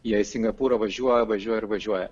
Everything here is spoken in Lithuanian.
jie į singapūrą važiuoja važiuoja ir važiuoja